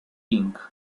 inc